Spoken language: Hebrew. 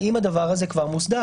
האם הדבר הזה כבר מוסדר?